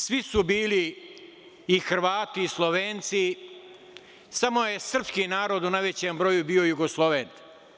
Svi su bili i Hrvati i Slovenci, samo je srpski narod u najvećem broju bio Jugosloven.